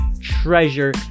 treasure